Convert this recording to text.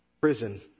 prison